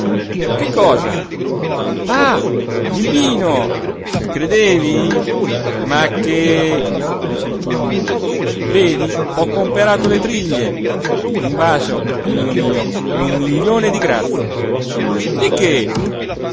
che cosa ah il vino credevi ma che fece il ciunna vedi ho comperato le triglie un bacio tinino mio e un milione di grazie di che